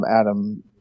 Adam